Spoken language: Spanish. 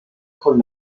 con